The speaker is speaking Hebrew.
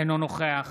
אינו נוכח